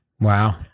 Wow